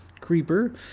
Creeper